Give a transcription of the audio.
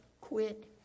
quit